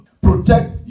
protect